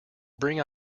bring